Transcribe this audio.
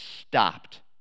stopped